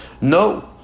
No